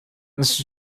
this